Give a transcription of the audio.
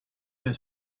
her